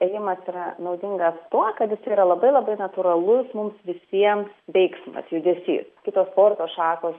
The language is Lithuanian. ėjimas yra naudingas tuo kad jis yra labai labai natūralus mums visiems veiksmas judesys kitos sporto šakos